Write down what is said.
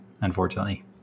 unfortunately